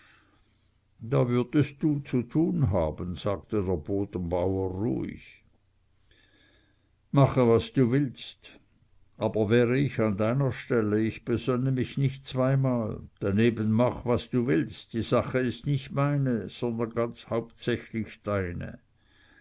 da würdest du zu tun haben sagte der bodenbauer ruhig mache was du willst aber wäre ich an deiner stelle ich besönne mich nicht zweimal daneben mach was du willst die sache ist nicht meine sondern ganz hauptsächlich deine